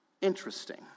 interesting